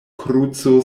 kruco